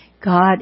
God